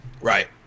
Right